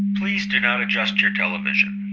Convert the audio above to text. please do not adjust your television.